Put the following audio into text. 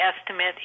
estimate